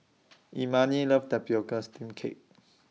Imani loves The Cake